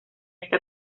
este